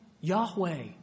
Yahweh